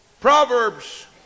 Proverbs